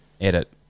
edit